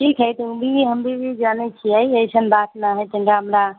ठीक हइ तऽ ओ भी हम भी जानैत छियै अइसन बात नहि हइ तनिटा हमरा